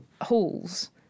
halls